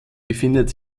befindet